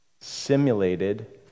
Simulated